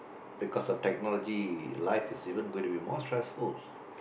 because the technology life is going to be more stressful